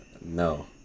No